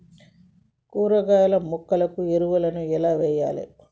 కూరగాయ మొక్కలకు ఎరువులను ఎలా వెయ్యాలే?